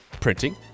printing